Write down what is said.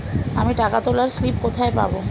আমি টাকা তোলার স্লিপ কোথায় পাবো?